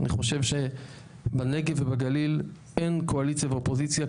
אני חושב שבנגב ובגליל אין קואליציה ואופוזיציה,